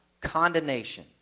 condemnation